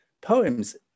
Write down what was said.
POEM's